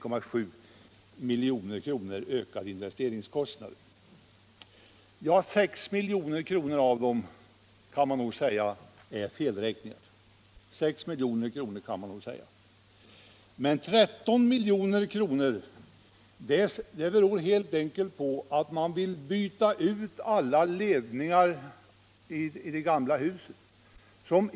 Man kan nog säga att 6 milj.kr. beror på felräkningar. Men 13 milj.kr. kan hänföras till att man vill byta ut alla ledningar i det gamla huset.